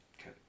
Okay